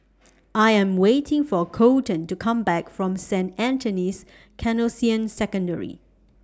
I Am waiting For Coleton to Come Back from Saint Anthony's Canossian Secondary